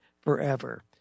forever